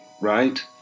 right